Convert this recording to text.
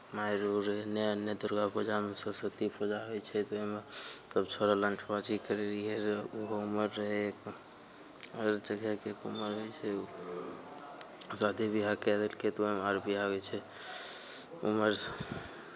मारि उरि नया दुर्गा पूजामे सरस्वती पूजा होइ छै ताहिमे सभ छौड़ा लण्ठबाजी करैत रहियै ओहो हमर रहय हर जगहके उमर रहै छै शादी ब्याह कए देलकै तऽ वहाँ आर ब्याह होइ छै उमर